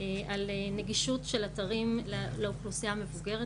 על נגישות של אתרים לאוכלוסייה המבוגרת,